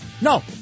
No